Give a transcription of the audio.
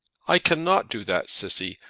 i cannot do that, cissy.